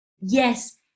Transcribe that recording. yes